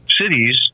cities